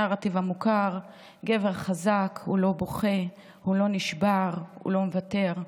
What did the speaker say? הנרטיב מוכר: גבר חזק לא בוכה, לא נשבר, לא מוותר.